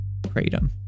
Kratom